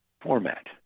format